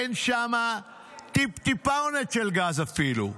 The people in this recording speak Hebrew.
אין שם טיפ-טיפונת של גז אפילו.